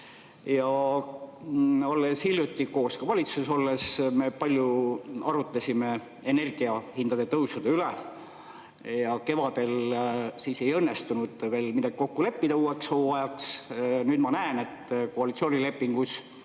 Olles hiljuti koos ka valitsuses, me palju arutasime energiahindade tõusu üle. Kevadel ei õnnestunud veel midagi kokku leppida uueks hooajaks. Nüüd ma näen, et koalitsioonilepingus